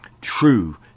true